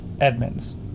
Edmonds